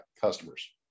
customers